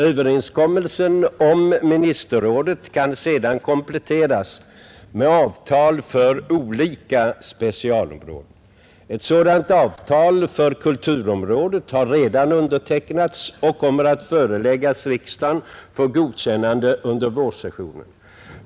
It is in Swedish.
Överenskommelsen om ministerrådet kan sedan kompletteras med avtal för olika specialområden. Ett sådant avtal för kulturområdet har redan undertecknats och kommer att föreläggas riksdagen för godkännande under vårsessionen.